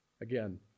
Again